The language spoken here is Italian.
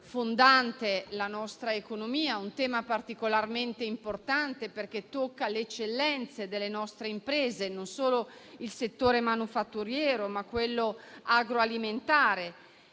fondante la nostra economia e particolarmente importante perché tocca le eccellenze delle nostre imprese non solo del settore manifatturiero ma anche di quello agroalimentare.